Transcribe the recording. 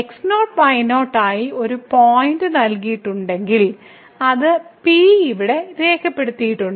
x0 y0 ആയി ഒരു point നൽകിയിട്ടുണ്ടെങ്കിൽ അത് P ഇവിടെ രേഖപ്പെടുത്തിയിട്ടുണ്ട്